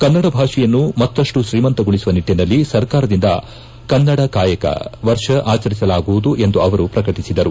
ಕನ್ನಡ ಭಾಷೆಯನ್ನು ಮತ್ತಷ್ನು ಶ್ರೀಮಂತಗೊಳಿಸುವ ನಿಟ್ಲನಲ್ಲಿ ಸರ್ಕಾರದಿಂದ ಕನ್ನಡ ಕಾಯಕ ವರ್ಷ ಆಚರಿಸಲಾಗುವುದು ಎಂದು ಅವರು ಪ್ರಕಟಿಸಿದರು